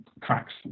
cracks